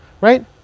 Right